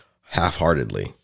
half-heartedly